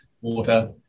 water